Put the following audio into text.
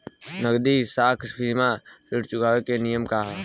नगदी साख सीमा ऋण चुकावे के नियम का ह?